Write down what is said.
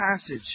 passage